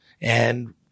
and-